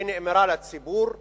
היא נאמרה לציבור,